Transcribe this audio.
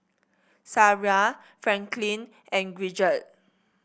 Sariah Franklyn and Gidget